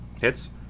Hits